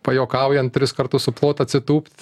pajuokaujan tris kartus suplot atsitūpt